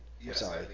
Yes